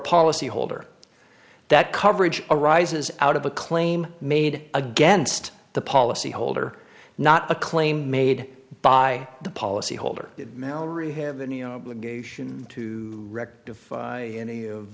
policy holder that coverage arises out of a claim made against the policy holder not a claim made by the policy holder millry have any obligation to rectify any of